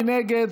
מי נגד?